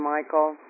Michael